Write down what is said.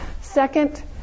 Second